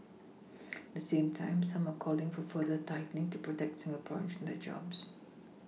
at the same time some are calling for further tightening to protect Singaporeans and their jobs